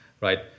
right